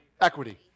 equity